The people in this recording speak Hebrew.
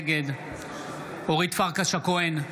נגד אורית פרקש הכהן,